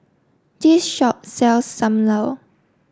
this shop sells Sam Lau